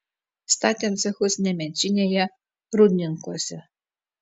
statėme cechus nemenčinėje rūdninkuose